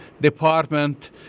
department